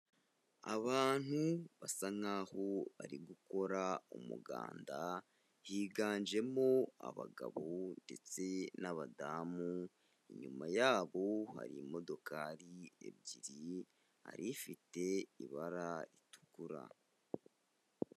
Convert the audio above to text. Abantu basa nkaho bari gukora umuganda, higanjemo abagabo ndetse n'abadamu, inyuma yabo hari imodokari ebyiri hari ifite ibara ritukura.